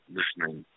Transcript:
listening